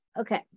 okay